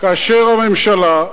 כאשר הממשלה,